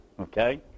okay